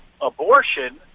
abortion